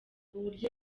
uburyo